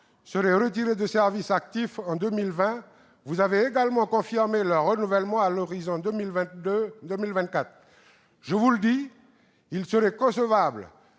seraient retirés du service actif en 2020. Vous avez également confirmé leur renouvellement à l'horizon 2022-2024. Je vous le dis, il serait inconcevable